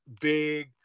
big